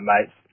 mates